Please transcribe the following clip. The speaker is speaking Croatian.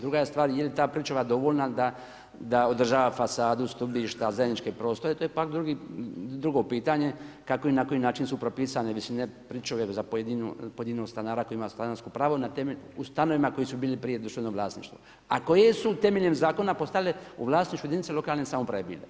Druga je stvar je li ta pričuva dovoljna da održava fasadu, stubišta, zajedničke prostore, to je pak drugo pitanje kako i na koji način su propisane visine pričuve za pojedinog stanara koji ima stanarsko pravo u stanovima koji su bili prije društveno vlasništvo, a koje su temeljem zakona postale u vlasništvu jedinica lokalne samouprave bile.